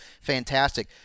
fantastic